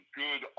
good